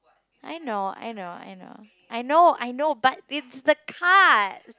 I know I know I know I know I know but it's the card